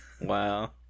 Wow